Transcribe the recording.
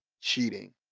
cheating